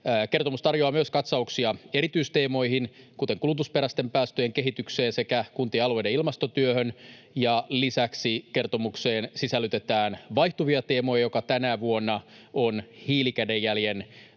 Kertomus tarjoaa myös katsauksia erityisteemoihin, kuten kulutusperäisten päästöjen kehitykseen sekä kuntien alueiden ilmastotyöhön, ja lisäksi kertomukseen sisällytetään vaihtuvia teemoja, jotka tänä vuonna ovat hiilikädenjäljen